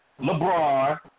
LeBron